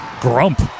Grump